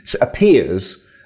appears